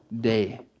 day